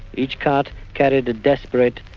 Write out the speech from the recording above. each cart carried a desperate,